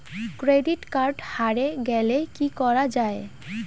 Credit card হারে গেলে কি করা য়ায়?